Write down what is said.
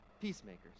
peacemakers